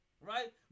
Right